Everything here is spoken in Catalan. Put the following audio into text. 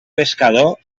pescador